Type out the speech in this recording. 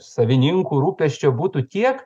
savininkų rūpesčio būtų tiek